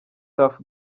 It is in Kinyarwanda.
tuff